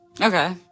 Okay